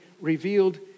revealed